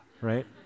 right